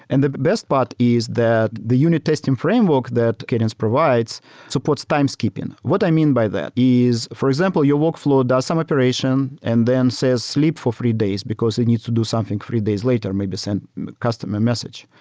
and the best part is that the unit testing framework that cadence provides supports times keeping. what i mean by that is, for example, your workflow does some iteration and then says, sleep for three days, because i need to do something three days later. maybe send customer message.